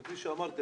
וכפי שאמרתי,